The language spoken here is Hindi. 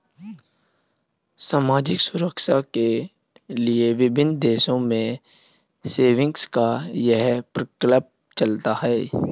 सामाजिक सुरक्षा के लिए विभिन्न देशों में सेविंग्स का यह प्रकल्प चलता है